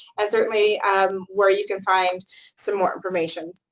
and certainly um where you can find some more information.